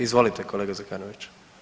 Izvolite kolega Zekanović!